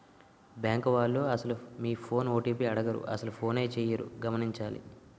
bank వాళ్లు అసలు మీ ఫోన్ ఓ.టి.పి అడగరు అసలు ఫోనే చేయరు గమనించాలి